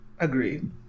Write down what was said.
Agreed